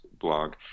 blog